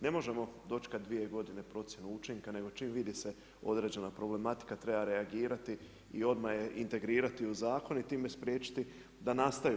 Ne možemo dočekati dvije godine procjenu učinka nego čim vidi se određena problematika treba reagirati i odmah je integrirati u zakon i time spriječiti da nastaju.